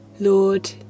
Lord